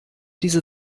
diese